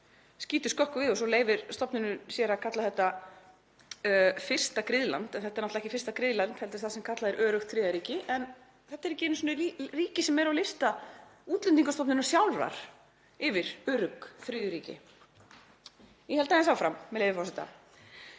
aðeins skökku við. Og svo leyfir stofnunin sér að kalla þetta fyrsta griðland. En þetta er náttúrlega ekki fyrsta griðland heldur það sem kallað er öruggt þriðja ríki og þetta eru ekki einu sinni ríki sem eru á lista Útlendingastofnunar sjálfrar yfir örugg þriðju ríki. Ég held aðeins áfram, með leyfi forseta: